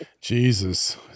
Jesus